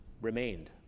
remained